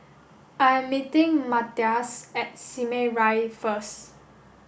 I am meeting Matthias at Simei Rise first